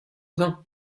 vingt